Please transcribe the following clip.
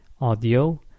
audio